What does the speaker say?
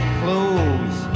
clothes